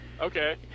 okay